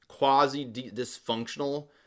quasi-dysfunctional